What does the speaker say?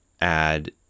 add